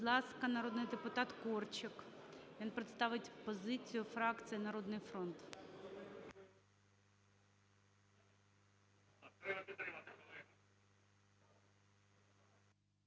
Будь ласка, народний депутат Корчик, він представить позицію фракції "Народний фронт".